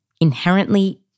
inherently